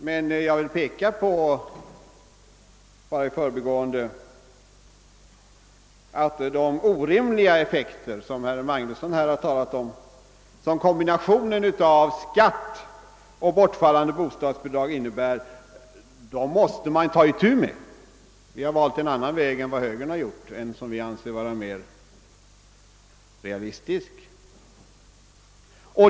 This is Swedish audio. Men jag vill bara i förbigående peka på att de orimliga effekter, som herr Magnusson i Borås här har talat om som kombinationen med det bortfallande bostadsbidraget innebär, måste man ta itu med. Vi har valt en annan väg än högern, en som vi anser vara mer realistisk.